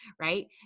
right